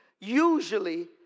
usually